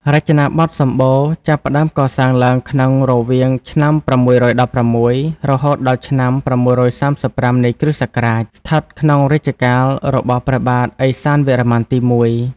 រចនាបថសម្បូណ៌ ចាប់ផ្តើមកសាងឡើងក្នុងរវាងឆ្នាំ៦១៦ រហូតដល់ឆ្នាំ ៦៣៥ នៃគ្រិស្តសករាជ ស្ថិតក្នុងរជ្ជកាលរបស់ព្រះបាទឥសានវរ្ម័នទី១។